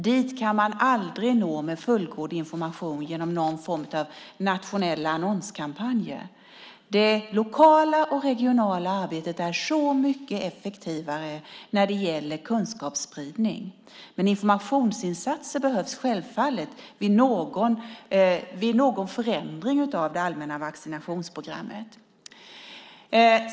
Dit kan man aldrig nå med fullgod information genom någon form av nationella annonskampanjer. Det lokala och regionala arbetet är så mycket effektivare när det gäller kunskapsspridning. Men informationsinsatser behövs självfallet vid någon förändring av det allmänna vaccinationsprogrammet.